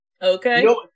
Okay